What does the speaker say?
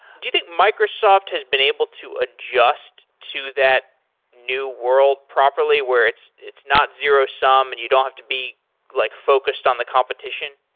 do you think microsoft has been able to adjust to that new world properly where it's it's not zero sum and you don't have to be like focused on the competition?